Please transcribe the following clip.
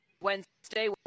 Wednesday